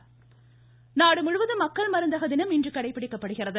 மக்கள் மருந்தக தினம் நாடுமுழுவதும் மக்கள் மருந்தக தினம் இன்று கடைபிடிக்கப்படுகிறது